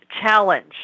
challenge